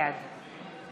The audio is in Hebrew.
בעד